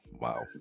Wow